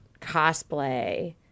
cosplay